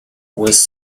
was